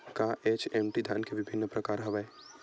का एच.एम.टी धान के विभिन्र प्रकार हवय?